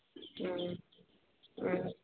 ꯎꯝ ꯎꯝ